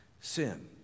sin